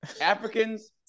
Africans